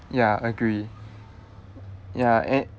ya agree ya an~